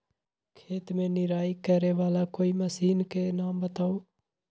खेत मे निराई करे वाला कोई मशीन के नाम बताऊ?